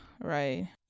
right